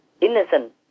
innocent